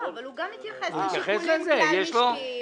הוא גם התייחס לשיקולים כלל משקיים,